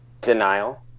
Denial